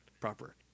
proper